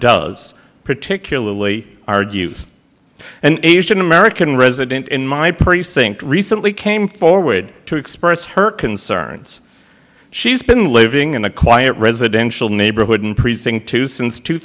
does particularly argues an asian american resident in my precinct recently came forward to express her concerns she's been living in a quiet residential neighborhood in precinct two since two